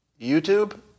YouTube